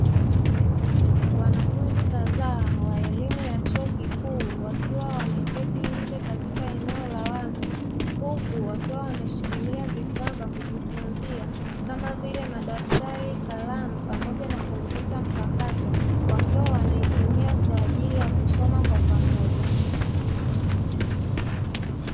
Wanafunzi kadhaa wa elimu ya chuo kikuu wakiwa wameketi nje katika eneo la wazi, huku wakiwa wameshikilia vifaa vya kujifunzia kama vile madaftari kalamu pamoja na compyuta mpakato wakiwa wanaitumia kwa ajili ya kusoma kwa pamoja.